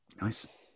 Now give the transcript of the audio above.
Nice